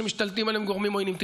שמשתלטים עליהם גורמים עוינים.